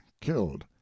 killed